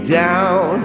down